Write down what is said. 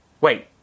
Wait